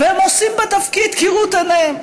והם עושים בתפקיד כראות עיניהם.